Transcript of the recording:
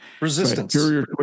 Resistance